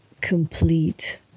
complete